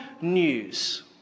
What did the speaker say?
news